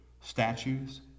statues